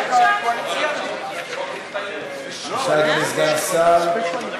סגן השר,